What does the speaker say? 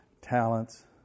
talents